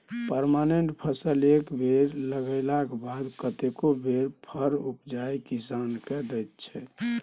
permanent फसल एक बेर लगेलाक बाद कतेको बेर फर उपजाए किसान केँ दैत छै